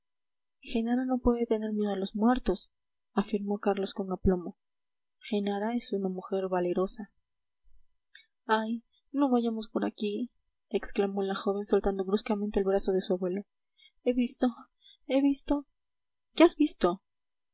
genara no puede tener miedo a los muertos afirmó carlos con aplomo genara es una mujer valerosa ay no vayamos por aquí exclamó la joven soltando bruscamente el brazo de su abuelo he visto he visto qué has visto